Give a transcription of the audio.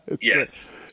Yes